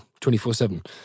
24-7